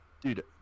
dude